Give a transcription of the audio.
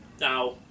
now